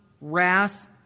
wrath